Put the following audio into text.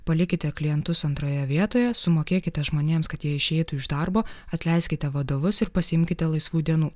palikite klientus antroje vietoje sumokėkite žmonėms kad jie išeitų iš darbo atleiskite vadovus ir pasiimkite laisvų dienų